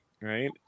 Right